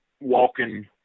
walking